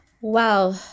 Wow